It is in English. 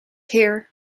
here